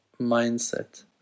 mindset